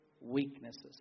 weaknesses